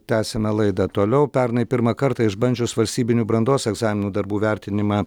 tęsiame laidą toliau pernai pirmą kartą išbandžius valstybinių brandos egzaminų darbų vertinimą